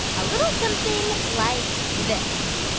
a little something like this